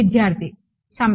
విద్యార్థి సమ్